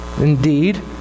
Indeed